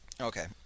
Okay